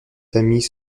famille